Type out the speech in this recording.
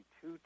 two